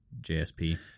JSP